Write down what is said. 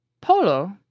Polo